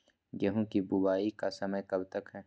गेंहू की बुवाई का समय कब तक है?